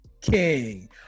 King